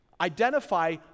identify